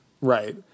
Right